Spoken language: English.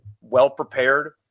well-prepared